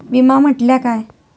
विमा म्हटल्या काय?